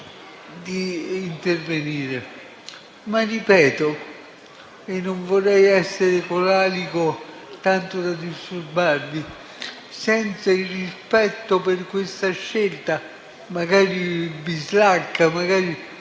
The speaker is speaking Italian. di intervenire. Ripeto - e non vorrei essere polarico tanto da disturbarvi - che, senza il rispetto per questa scelta, magari bislacca, magari